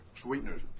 Sweeteners